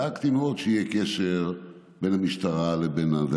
דאגתי מאוד שיהיה קשר בין המשטרה לבינם.